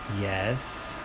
Yes